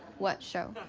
what show?